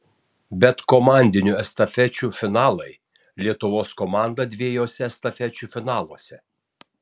bet komandinių estafečių finalai lietuvos komanda dviejuose estafečių finaluose